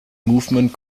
movement